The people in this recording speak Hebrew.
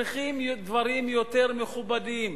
צריכים להיות דברים יותר מכובדים.